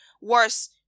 worse